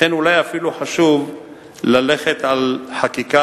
לכן אולי אפילו חשוב ללכת על חקיקה,